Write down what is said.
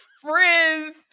frizz